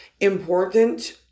important